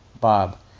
Bob